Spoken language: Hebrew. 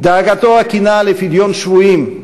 דאגתו הכנה לפדיון שבויים,